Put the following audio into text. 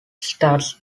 stands